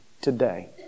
today